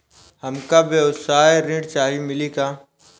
हमका व्यवसाय ऋण चाही मिली का?